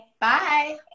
Bye